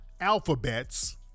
alphabets